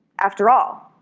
after all,